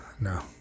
no